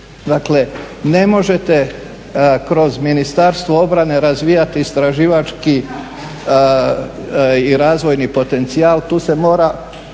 Dakle, ne možete kroz Ministarstvo obrane razvijati istraživački i razvojni potencijal, tu se mora